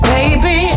Baby